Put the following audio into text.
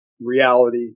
reality